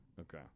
Okay